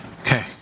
Okay